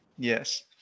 yes